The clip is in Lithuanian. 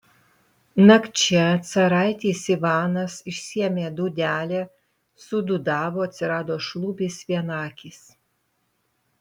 nakčia caraitis ivanas išsiėmė dūdelę sudūdavo atsirado šlubis vienakis